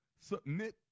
submit